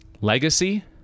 legacy